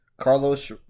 Carlos